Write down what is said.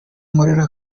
nkorera